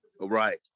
right